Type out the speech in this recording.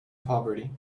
poverty